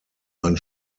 ein